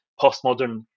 postmodern